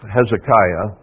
Hezekiah